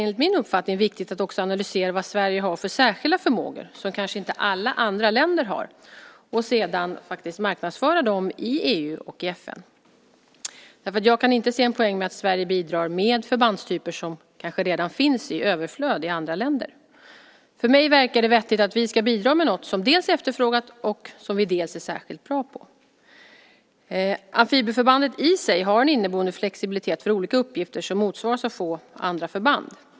Enligt min uppfattning är det då viktigt att analysera vilka särskilda förmågor Sverige har som kanske inte alla andra länder har och marknadsföra dem i EU och FN. Jag kan inte se en poäng med att Sverige bidrar med förbandstyper som kanske redan finns i överflöd i andra länder. Det verkar vettigt att vi bidrar med något som är efterfrågat och som vi är särskilt bra på. Amfibieförbandet har en inneboende flexibilitet för olika uppgifter som motsvaras av få andra förband.